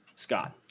Scott